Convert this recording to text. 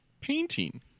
painting